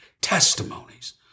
testimonies